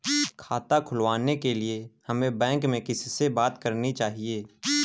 खाता खुलवाने के लिए हमें बैंक में किससे बात करनी चाहिए?